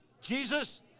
Jesus